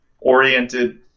oriented